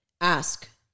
ask